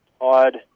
Odd